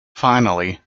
finally